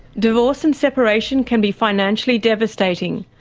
divorce and separation can be financially devastating,